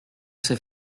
ses